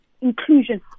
inclusion